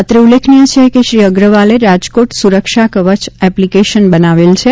અત્રે ઉલ્લેખનીય છે કે શ્રી અગ્રવાલે રાજકોટ સુરક્ષા કવચ એપ્લિકેશન બનાવેલ છે